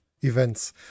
events